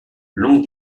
longue